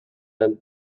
and